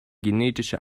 genetische